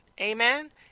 Amen